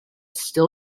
still